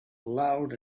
loud